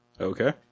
Okay